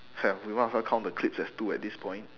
we want her count the clips as two at this point